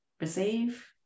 receive